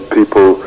people